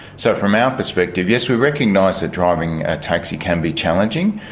so from our perspective, yes, we recognise that driving a taxi can be challenging,